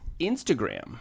Instagram